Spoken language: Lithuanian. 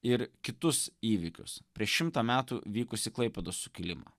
ir kitus įvykius prieš šimtą metų vykusį klaipėdos sukilimą